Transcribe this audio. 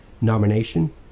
nomination